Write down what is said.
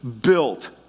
built